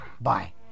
Bye